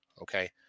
okay